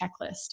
checklist